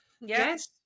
yes